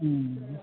മ്മ്